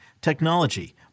technology